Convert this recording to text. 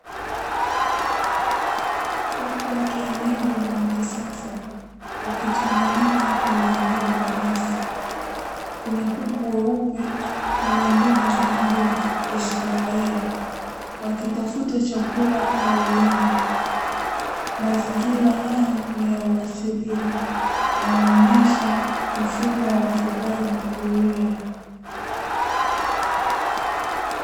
kuku wa kienyeji na wakisasa wakichanganyika kwenye eneo la nyasi kuna kuku weupe na wengine wa rangi ya kahawia, wakitafuta chakula aridhini mazingira hayo ni ya huasilia yanaonyesha mfumo wa ufugaji huria.